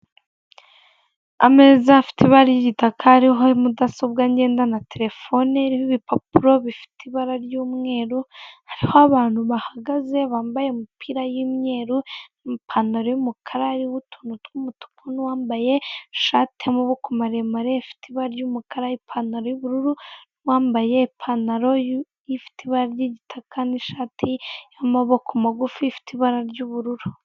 Ameza afite ibara ry'igitaka ariho mudasobwa ngenda na terefone irimo ibipapuro bifite ibara ry'umweru, hariho abantu bahagaze bambaye imipira y'imyeru, ipantaro y'umukara iriho utuntu tw'umutuku n'uwambaye shati y'amaboko maremare ifite ibara ry'umukara ipantaro y'ubururu, wambaye ipantaro ifite ibara ry'igitaka n'ishati y'amaboko magufi ifite ibara ry'ubururu.